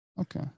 Okay